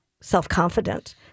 self-confident